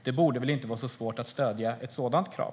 Det borde väl inte vara så svårt att stödja ett sådant krav.